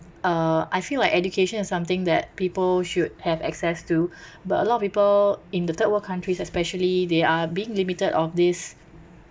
uh I feel like education is something that people should have access to but a lot of people in the third world countries especially they are being limited of this